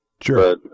Sure